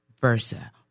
versa